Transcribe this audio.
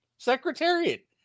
Secretariat